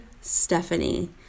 Stephanie